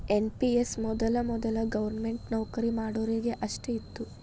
NPS ಮೊದಲ ವೊದಲ government ನೌಕರಿ ಮಾಡೋರಿಗೆ ಅಷ್ಟ ಇತ್ತು